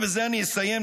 ובזה אני אסיים,